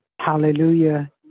hallelujah